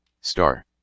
star